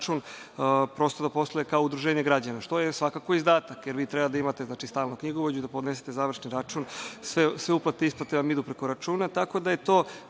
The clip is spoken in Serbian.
račun, prosto da posluje kao udruženja građana, što je svakako izdatak, jer vi treba da imate stalno knjigovođu i da podnesete završni račun, sve uplate i isplate vam idu preko računa, tako da je to